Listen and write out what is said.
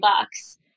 bucks